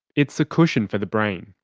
it's a cushion for the brain.